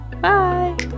Bye